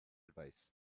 advice